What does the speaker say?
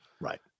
Right